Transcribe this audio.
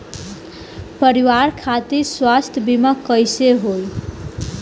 परिवार खातिर स्वास्थ्य बीमा कैसे होई?